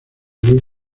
louis